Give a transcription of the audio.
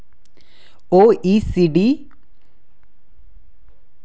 OECD कर प्रणाली का विश्लेषण करती हैं